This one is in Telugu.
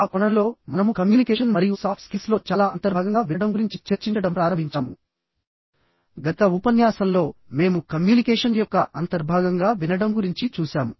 ఆ కోణంలో మనము కమ్యూనికేషన్ మరియు సాఫ్ట్ స్కిల్స్లో చాలా అంతర్భాగంగా వినడం గురించి చర్చించడం ప్రారంభించాము గత ఉపన్యాసంలో మేము కమ్యూనికేషన్ యొక్క అంతర్భాగంగా వినడం గురించి చూశాము